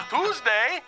Tuesday